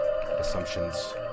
Assumptions